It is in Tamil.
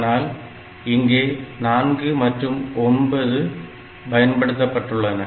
ஆனால் இங்கே 4 மற்றும் 9 பயன்படுத்தப்பட்டுள்ளன